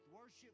Worship